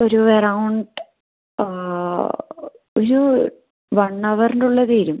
ഒരു എറൗണ്ട് ഒരു വൺ അവറിൻറെ ഉള്ളിൽ തീരും